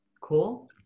Cool